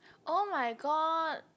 oh my god